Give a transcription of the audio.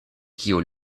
kiu